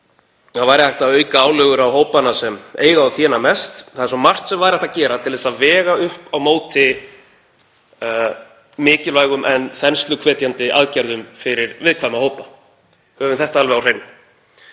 Það væri hægt að auka álögur á hópana sem eiga og þéna mest. Það er svo margt sem væri hægt að gera til að vega upp á móti mikilvægum en þensluhvetjandi aðgerðum fyrir viðkvæma hópa. Höfum þetta alveg á hreinu.